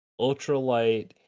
ultralight